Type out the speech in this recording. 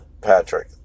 Patrick